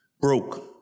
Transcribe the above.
broke